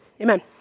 amen